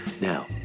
Now